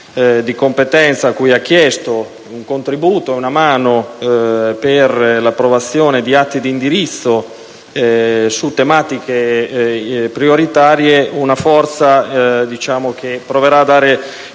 di competenza cui ha chiesto un contributo e una mano per l'approvazione di atti di indirizzo su tematiche prioritarie, una forza che proverà a dare